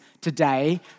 today